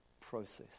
process